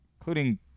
including